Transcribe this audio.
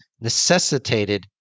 necessitated